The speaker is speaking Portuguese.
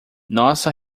nossa